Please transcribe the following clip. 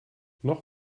noch